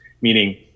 Meaning